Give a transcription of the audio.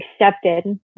accepted